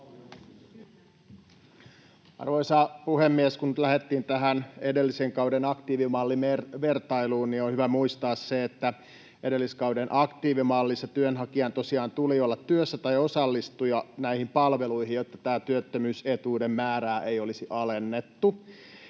Arvoisa puhemies! Kun lähdettiin tähän edellisen kauden aktiivimallivertailuun, niin on hyvä muistaa se, että edelliskauden aktiivimallissa työnhakijan tosiaan tuli olla työssä tai osallistua näihin palveluihin, jotta tätä työttömyysetuuden määrää ei olisi alennettu.